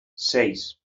seis